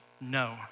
no